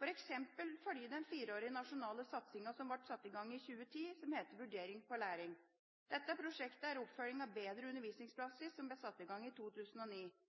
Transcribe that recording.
når det gjelder vurdering i skolen, f.eks. følge den fireårige nasjonale satsingen som ble satt i gang i 2010, som heter Vurdering for læring. Dette prosjektet er en oppfølging av Bedre